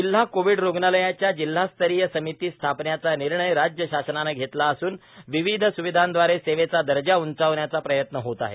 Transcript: जिल्हा कोविड रुग्णालयाच्या जिल्हास्तरीय समिती स्थापण्याचा निर्णय राज्य शासनाने घेतला असून विविध स्विधांदवारे सेवेचा दर्जा उंचावण्याचा प्रयत्न होत आहे